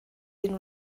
den